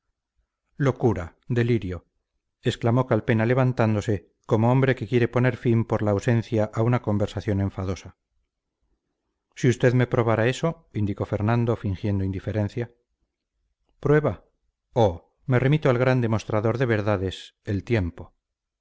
locura delirio exclamó calpena levantándose como hombre que quiere poner fin por la ausencia a una conversación enfadosa si usted me probara eso indicó fernando fingiendo indiferencia prueba oh me remito al gran demostrador de verdades el tiempo